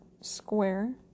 square